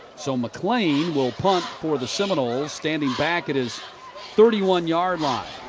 so mcclain will punt for the seminoles, standing back at his thirty one yard line.